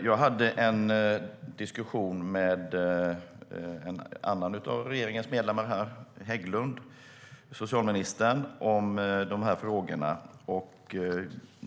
Jag hade en diskussion med en annan av regeringens medlemmar, socialminister Hägglund, om frågorna.